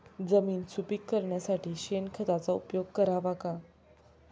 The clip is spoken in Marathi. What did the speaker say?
जमीन सुपीक करण्यासाठी शेणखताचा उपयोग करावा का?